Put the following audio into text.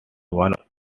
one